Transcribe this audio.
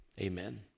amen